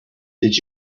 did